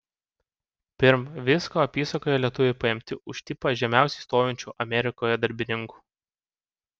pirm visko apysakoje lietuviai paimti už tipą žemiausiai stovinčių amerikoje darbininkų